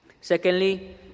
Secondly